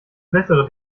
bessere